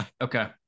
Okay